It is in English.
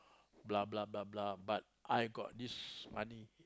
blah blah blah blah but I got this money